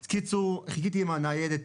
בקיצור, חיכיתי עם הניידת